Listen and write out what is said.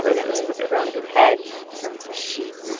definitely. throw in a good hedge. throw in some sheep